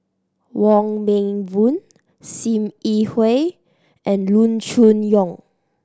Wong Meng Voon Sim Yi Hui and Loo Choon Yong